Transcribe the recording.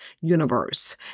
Universe